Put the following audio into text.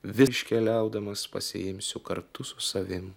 virš keliaudamas pasiimsiu kartu su savim